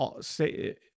say